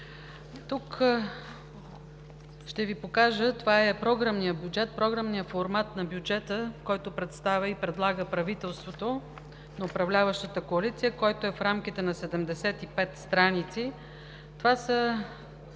показва доклад) и това е програмният формат на бюджета, който представя и предлага правителството на управляващата коалиция, който е в рамките на 75 страници. Това са